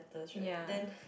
ya